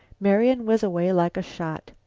marian was away like a shot.